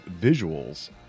visuals